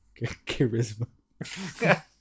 charisma